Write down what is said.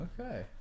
Okay